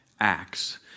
Acts